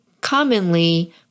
commonly